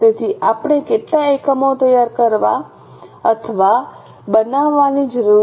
તેથી આપણે કેટલા એકમો તૈયાર કરવા અથવા બનાવવાની જરૂર છે